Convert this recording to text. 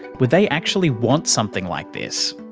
would they actually want something like this?